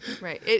Right